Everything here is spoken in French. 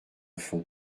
fond